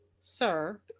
sir